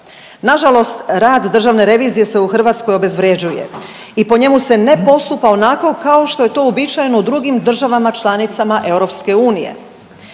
Nažalost, rad državne revizije se u Hrvatskoj obezvrjeđuje i po njemu se ne postupa onako kao što je to uobičajeno u drugim državama članicama EU.